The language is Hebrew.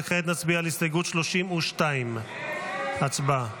וכעת נצביע על הסתייגות 32. הצבעה.